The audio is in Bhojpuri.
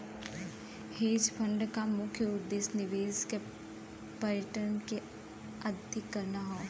हेज फंड क मुख्य उद्देश्य निवेश के रिटर्न के अधिक करना हौ